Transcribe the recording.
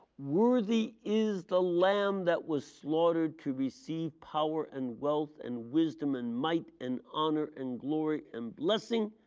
worthy is the lamb that was slaughtered to receive power and wealth and wisdom and might and honor and glory and blessing.